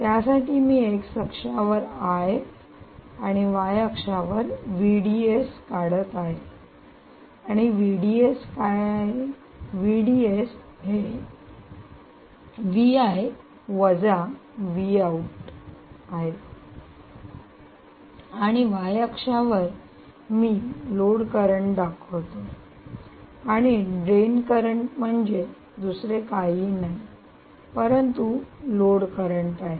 त्यासाठी मी x अक्षावर I आणि y अक्षावर काढत आहे आणि काय आहे आणि y अक्षावर मी लोड करंट दाखवतो आणि ड्रेन करंट म्हणजे दुसरे काहीही नाही परंतु लोड करंट आहे